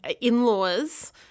in-laws